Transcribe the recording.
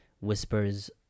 whispers